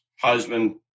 husband